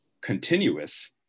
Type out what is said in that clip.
continuous